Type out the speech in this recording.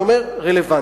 אני אומר רלוונטי.